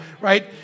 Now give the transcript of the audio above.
right